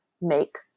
make